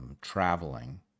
traveling